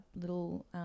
little